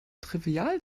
trivial